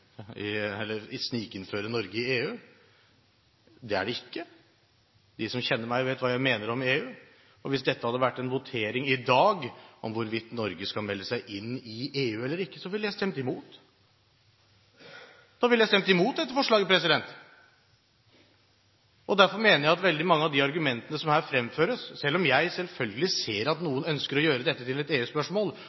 Det er det ikke. De som kjenner meg, vet hva jeg mener om EU, og hvis det hadde vært en votering i dag over hvorvidt Norge skal melde seg inn i EU eller ikke, ville jeg stemt imot. Da ville jeg stemt imot dette forslaget. Selv om jeg selvfølgelig ser at noen ønsker å gjøre dette til et EU-spørsmål, og at EU er en naturlig del av den diskusjonen, siden det er det vi har erfaringsgrunnlag for – det forstår jeg godt – handler ikke dette